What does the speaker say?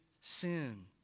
sin